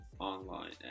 online